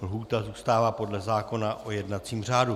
Lhůta zůstává podle zákona o jednacím řádu.